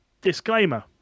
disclaimer